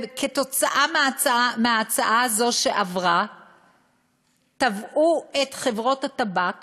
וכתוצאה מכך שההצעה הזו עברה תבעו את חברות הטבק